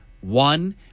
One